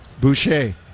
boucher